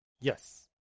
yes